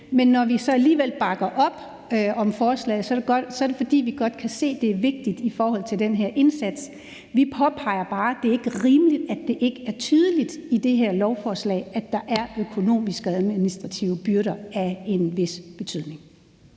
Men når vi så alligevel bakker op om forslaget, er det, fordi vi godt kan se, at det er vigtigt i forhold til den her indsats. Vi påpeger bare, at det ikke er rimeligt, at det ikke er tydeligt i det her lovforslag, at der er økonomiske og administrative byrder af en vis betydning.